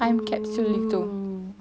oo